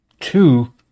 Two